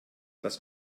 das